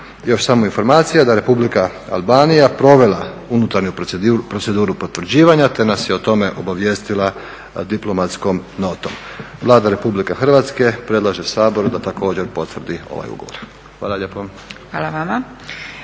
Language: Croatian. Još samo informacija da je Republika Albanija provela unutarnju proceduru potvrđivanja, te nas je o tome obavijestila diplomatskom notom. Vlada Republike Hrvatske predlaže Saboru da također potvrdi ovaj ugovor. Hvala lijepo. **Zgrebec,